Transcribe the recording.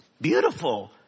Beautiful